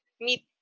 meet